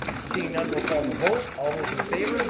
seeing none, we'll call the vote. all those in favor